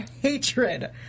hatred